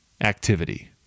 activity